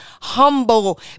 humble